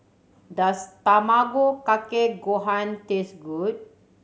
does Tamago Kake Gohan taste good